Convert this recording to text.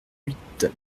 huit